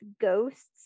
ghosts